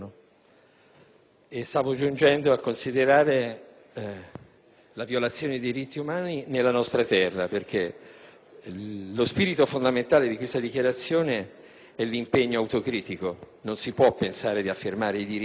e stavo giungendo a considerare la violazione dei diritti umani nella nostra terra. Lo spirito fondamentale di questa dichiarazione, infatti, è l'impegno autocritico: non si può pensare di affermare i diritti nel